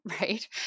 Right